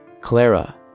Clara